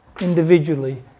individually